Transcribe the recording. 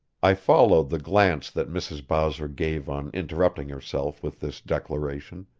i followed the glance that mrs. bowser gave on interrupting herself with this declaration,